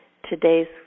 Today's